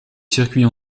circuits